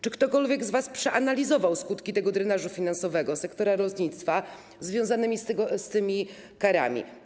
Czy ktokolwiek z was przeanalizował skutki drenażu finansowego sektora lotnictwa związanego z tymi karami?